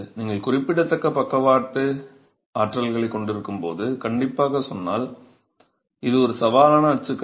நீங்கள் குறிப்பிடத்தக்க பக்கவாட்டு ஆற்றல்களைக் கொண்டிருக்கும்போது கண்டிப்பாகச் சொன்னால் இது ஒரு சவாலான அச்சுக்கலை